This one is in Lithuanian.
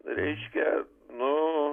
reiškia nu